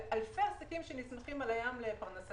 זה אלפי עסקים שנסמכים על הים לפרנסתם.